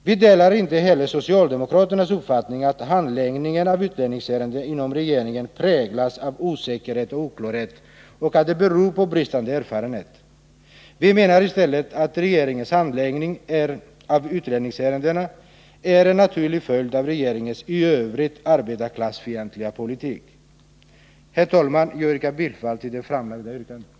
Vi delar inte heller socialdemokraternas uppfattning att handläggningen avutlänningsärenden inom regeringen präglas av osäkerhet och oklarhet och att det beror på bristande erfarenhet. Vi menar i stället att regeringens handläggning av utlänningsärenden är en naturlig följd av regeringens i övrigt arbetarklassfientliga politik. Herr talman! Jag instämmer i det av Nils Berndtson framställda yrkandet.